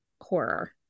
horror